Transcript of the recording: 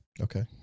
Okay